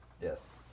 Yes